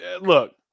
look